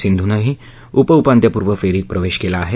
सिंधूनेही उपउपांत्यपूर्व फेरीत प्रवेश केला आहे